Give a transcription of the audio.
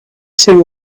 two